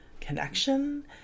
connection